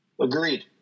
Agreed